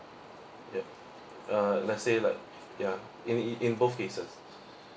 ya uh let's say like ya in in both cases